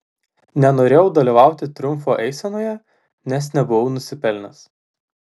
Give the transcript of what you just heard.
nenorėjau dalyvauti triumfo eisenoje nes nebuvau nusipelnęs